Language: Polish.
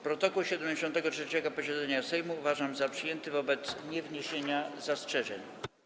Protokół 73. posiedzenia Sejmu uważam za przyjęty wobec niewniesienia zastrzeżeń.